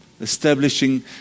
Establishing